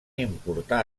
importar